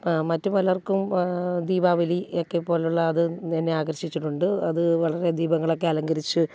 മറ്റ് പലർക്കും ദീപാവലിയൊക്കെ പോലുള്ള അത് എന്നെ ആകർഷിച്ചിട്ടുണ്ട് അത് വളരെ ദീപങ്ങളൊക്കെ അലങ്കരിച്ച്